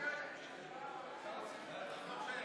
ויהדות התורה.